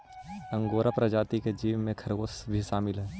angora प्रजाति के जीव में खरगोश भी शामिल हई